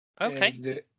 Okay